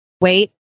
wait